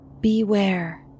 Beware